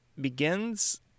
begins